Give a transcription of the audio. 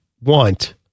want